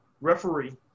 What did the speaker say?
referee